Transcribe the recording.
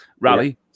Rally